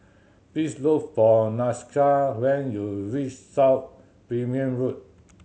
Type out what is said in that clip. please look for Nakisha when you reach South Road